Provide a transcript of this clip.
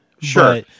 Sure